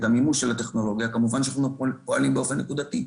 כמובן שאנחנו פועלים באופן נקודתי.